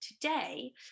today